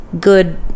good